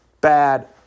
Bad